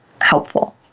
helpful